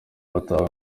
batawe